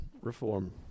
Reform